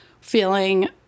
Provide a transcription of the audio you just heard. feeling